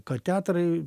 kad teatrai